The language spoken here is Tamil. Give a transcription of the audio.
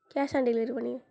cash on delivery பண்ணிறேன்